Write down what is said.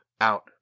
Out